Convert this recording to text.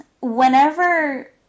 Whenever